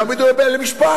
יעמידו הרי למשפט